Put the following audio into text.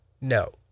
No